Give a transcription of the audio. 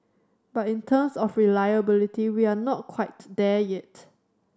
but in terms of reliability we are not quite there yet